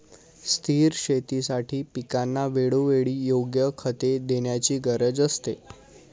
स्थिर शेतीसाठी पिकांना वेळोवेळी योग्य खते देण्याची गरज असते